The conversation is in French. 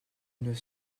neuf